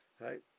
Right